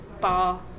bar